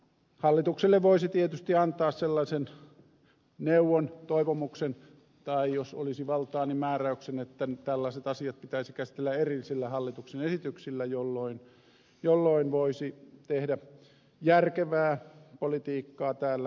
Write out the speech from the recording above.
hallitukselle tietysti voisi antaa sellaisen neuvon toivomuksen tai jos olisi valtaa määräyksen että tällaiset asiat pitäisi käsitellä erillisillä hallituksen esityksillä jolloin voisi tehdä järkevää politiikkaa täällä eduskunnassa